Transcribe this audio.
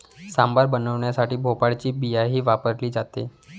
सांबार बनवण्यासाठी भोपळ्याची बियाही वापरली जाते